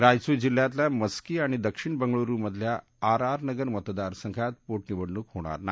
रायचूर जिल्ह्यातला मस्की आणि दक्षिण बंगळूरुमधल्या आर आर नगर मतदारसंघात पोटनिवडणूक होणार नाही